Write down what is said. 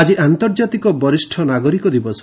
ଆକି ଆନ୍ତର୍ଜାତିକ ବରିଷ୍ ନାଗରିକ ଦିବସ